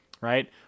right